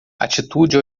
atitude